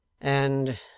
And